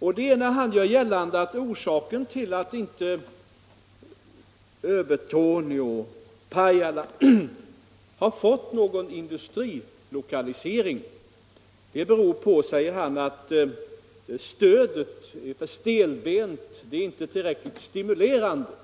Herr Stridsman gör gällande att orsaken till att Övertorneå och Pajala inte har fått någon industrilokalisering är att stödet är för stelbent. Det är inte tillräckligt stimulerande, säger herr Stridsman.